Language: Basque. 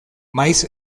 maiz